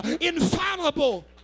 infallible